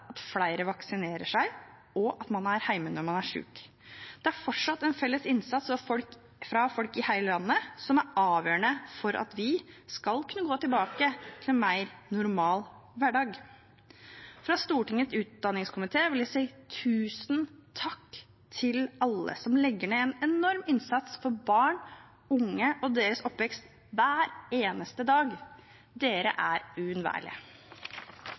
at flere vaksinerer seg, og at man er hjemme når man er sjuk. Det er fortsatt en felles innsats fra folk i hele landet som er avgjørende for at vi skal kunne gå tilbake til en mer normal hverdag. Fra Stortingets utdanningskomité vil jeg si tusen takk til alle som legger ned en enorm innsats for barn, unge og deres oppvekst hver eneste dag. Dere er